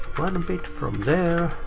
one and bit from there.